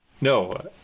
No